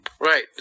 Right